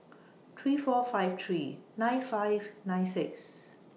three four five three nine five nine six